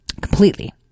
Completely